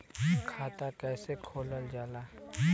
खाता कैसे खोलल जाला?